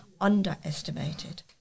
underestimated